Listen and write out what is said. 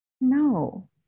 No